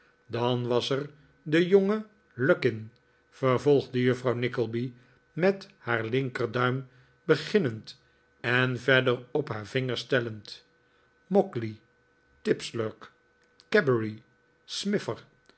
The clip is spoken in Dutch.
dan was er de jonge lukin vervolgde juffrouw nickleby met haar linkerduim beginnend en verder op haar vingers tellend mogley tipslark cabbery smifer